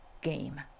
game